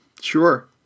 sure